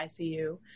ICU